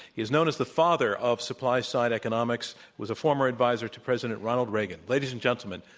he is known as the father of supply side economics, was a former advisor to president ronald reagan. ladies and gentlemen,